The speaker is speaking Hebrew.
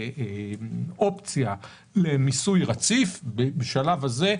אופציה למיסוי רציף בשלב הזה,